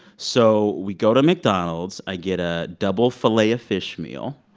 so we go to mcdonald's. i get a double filet-o-fish meal,